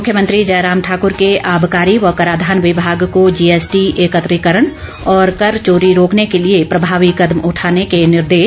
मुख्यमंत्री जयराम ठाकुर के आबकारी व कराधान विभाग को जीएसटी एकत्रीकरण और कर चोरी रोकने के लिए प्रभावी कदम उठाने के निर्देश